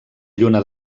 lluna